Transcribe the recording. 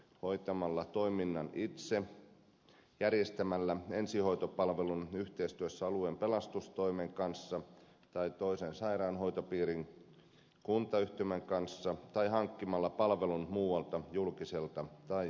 hoitamalla toiminnan itse järjestämällä ensihoitopalvelun yhteistyössä alueen pelastustoimen kanssa tai toisen sairaanhoitopiirin kuntayhtymän kanssa tai hankkimalla palvelun muualta julkiselta tai yksityiseltä palveluntuottajalta